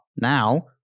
Now